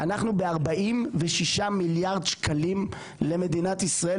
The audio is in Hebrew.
אנחנו ב-46 מיליארד שקלים למדינת ישראל,